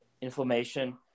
inflammation